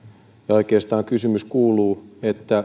oikeastaan kysymys kuuluu